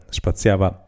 spaziava